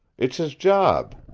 it's his job.